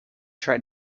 try